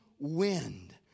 wind